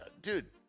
dude